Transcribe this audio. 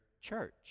church